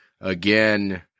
Again